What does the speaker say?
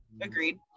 agreed